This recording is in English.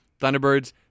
Thunderbirds